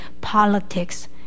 politics